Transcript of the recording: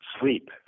sleep